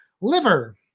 liver